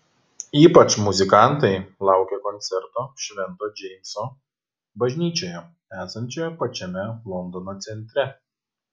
ypač muzikantai laukia koncerto švento džeimso bažnyčioje esančioje pačiame londono centre